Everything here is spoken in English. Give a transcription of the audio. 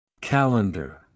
Calendar